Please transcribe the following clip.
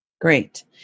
Great